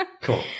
Cool